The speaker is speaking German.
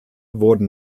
wurden